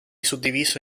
suddiviso